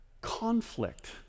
conflict